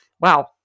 wow